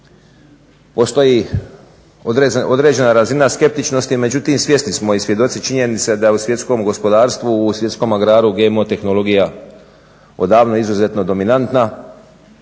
Postoji određena razina skeptičnosti, međutim svjesni smo i svjedoci činjenice da je u svjetskom gospodarstvu, u svjetskom agraru GMO tehnologija odavno izuzetno dominanta,